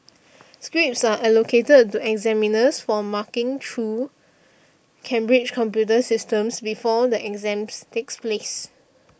scripts are allocated to examiners for marking true Cambridge's computer systems before the exams takes place